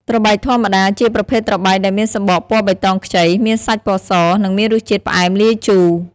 ត្របែកធម្មតា ជាប្រភេទត្របែកដែលមានសំបកពណ៌បៃតងខ្ចី មានសាច់ពណ៌ស និងមានរសជាតិផ្អែមលាយជូរ។